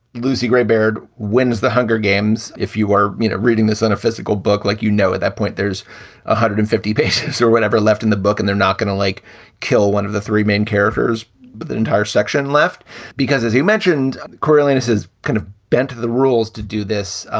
lucy greybeard wins the hunger games. if you are you know reading this on a physical book, like, you know, at that point there's a hundred and fifty patients or whatever left in the book and they're not going to like kill one of the three main characters. but the entire section left because, as you mentioned, coriolanus has kind of bent the rules to do this.